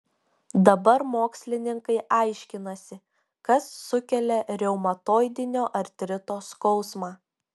dabar mokslininkai aiškinasi kas sukelia reumatoidinio artrito skausmą